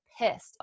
pissed